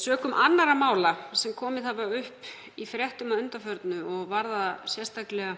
Sökum annarra mála sem komið hafa upp í fréttum að undanförnu og varða sérstaklega